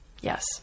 Yes